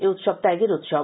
এই উৎসব ত্যাগের উৎসব